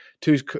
two